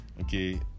okay